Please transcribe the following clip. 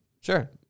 sure